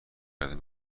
کردت